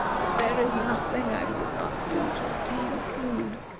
that there is nothing i would not do to obtain food.